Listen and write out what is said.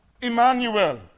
Emmanuel